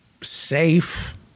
safe